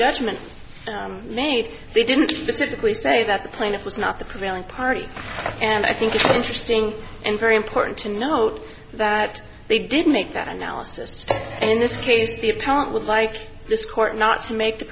judgment made they didn't specifically say that the plaintiff was not the prevailing party and i think it's interesting and very important to note that they didn't make that analysis in this case the account would like this court not to make the